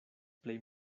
plej